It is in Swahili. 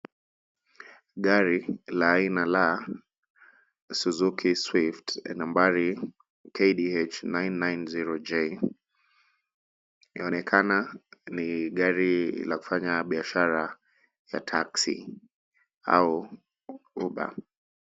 Gari la aina la Suzuki Swft la nambari KDH 990J. Linaonekana ni gari la kufanya biashara ya Taxi au Uber.